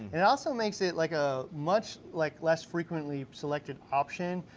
it also makes it like ah much like, less frequently selected option,